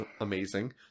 amazing